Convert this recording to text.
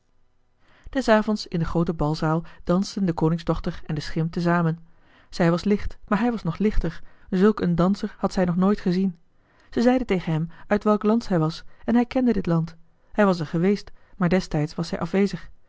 des avonds in de groote balzaal dansten de koningsdochter en de schim te zamen zij was licht maar hij was nog lichter zulk een danser had zij nog nooit gezien zij zeide tegen hem uit welk land zij was en hij kende dit land hij was er geweest maar destijds was zij afwezig